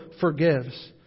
forgives